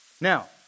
Now